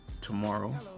tomorrow